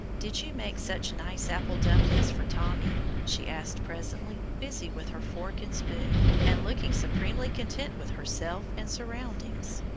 did you make such nice apple dumplings for tommy? she asked presently, busy with her fork and spoon, and looking supremely content with herself and surroundings.